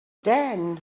then